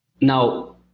Now